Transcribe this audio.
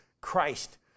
Christ